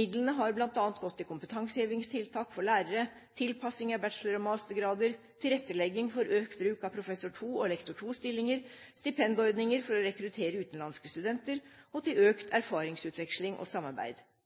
Midlene har bl.a. gått til kompetansehevingstiltak for lærere, tilpassing av bachelor- og mastergrader, tilrettelegging for økt bruk av professor II- og lektor II-stillinger, stipendordninger for å rekruttere utenlandske studenter og til økt erfaringsutveksling og samarbeid.